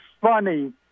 funny